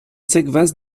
sekvas